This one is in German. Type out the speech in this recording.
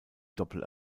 doppel